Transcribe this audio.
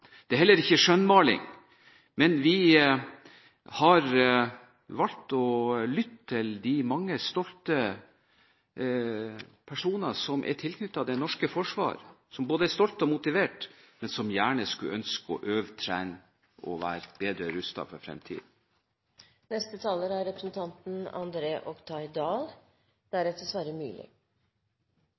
Det er heller ikke skjønnmaling. Vi har valgt å lytte til de mange stolte personer som er tilknyttet det norske forsvaret – personer som både er stolte og motiverte, men som gjerne skulle ønske å øve og trene og være bedre rustet for fremtiden.